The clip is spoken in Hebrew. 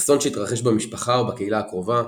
אסון שהתרחש במשפחה או בקהילה הקרובה,